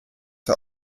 der